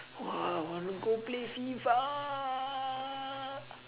!wah! I want to go play FIFA